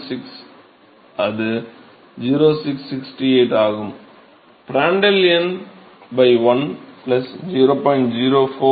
6 அது 0668 ஆகும் பிராண்டல் எண் 1 0